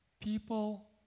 People